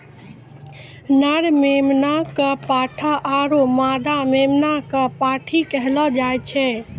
नर मेमना कॅ पाठा आरो मादा मेमना कॅ पांठी कहलो जाय छै